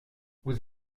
vous